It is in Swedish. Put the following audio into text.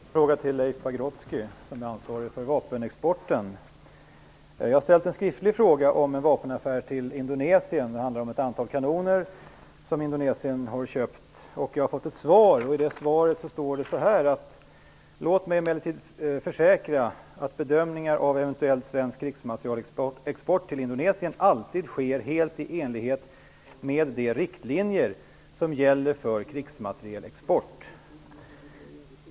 Fru talman! Jag har en fråga till Leif Pagrotsky som är ansvarig för vapenexporten. Jag har ställt en skriftlig fråga om en vapenaffär till Indonesien. Det handlar om ett antal kanoner som Indonesien har köpt. Jag har fått ett svar och i det svaret står det så här: "Låt mig emellertid försäkra att bedömningar av eventuell svensk krigsmaterielexport till Indonesien alltid sker helt i enlighet med de riktlinjer som gäller för krigsmaterielexport."